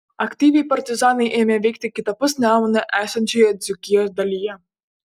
aktyviai partizanai ėmė veikti kitapus nemuno esančioje dzūkijos dalyje